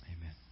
Amen